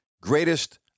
greatest